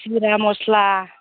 जिरा मस्ला